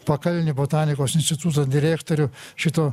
pakalnį botanikos instituto direktorių šito